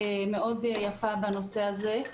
מאוד יפה בנושא הזה.